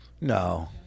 No